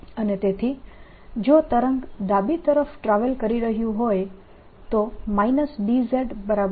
અને તેથી જો તરંગ ડાબી તરફ ટ્રાવેલ કરી રહ્યું હોય તો BzEyc હશે